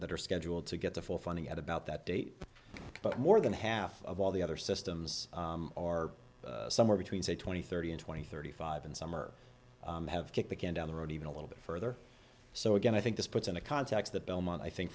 that are scheduled to get the full funding at about that date but more than half of all the other systems are somewhere between say twenty thirty and twenty thirty five and some are have kick the can down the road even a little bit further so again i think this puts in a context that belmont i think